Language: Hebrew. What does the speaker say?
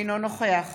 אינו נוכח